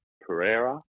Pereira